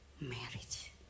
marriage